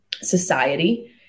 society